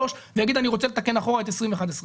ויגיד שהוא רוצה לתקן אחורה את 21' ו-22'.